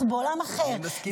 אנחנו בעולם אחר,